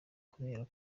kubera